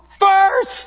first